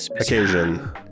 occasion